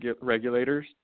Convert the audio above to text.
regulators